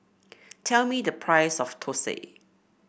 tell me the price of thosai